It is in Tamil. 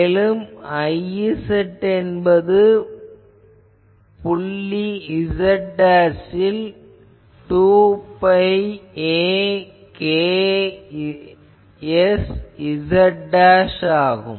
மேலும் Iz என்பது புள்ளி z ல் 2 பை a kzz ஆகும்